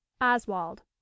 Oswald